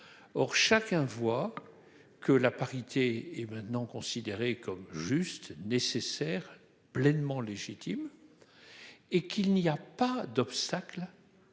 Or chacun voit que la parité est maintenant considérée comme juste nécessaire pleinement légitime. Et qu'il n'y a pas d'obstacle.